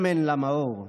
שמן למאור.